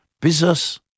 Business